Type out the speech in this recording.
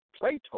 Plato